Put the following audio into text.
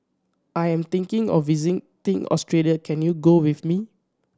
I am thinking of visiting Australia can you go with me